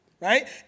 Right